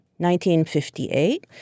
1958